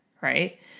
right